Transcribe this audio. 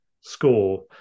score